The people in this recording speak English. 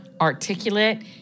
articulate